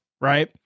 right